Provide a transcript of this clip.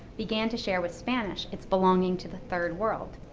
began to share with spanish its belonging to the third world.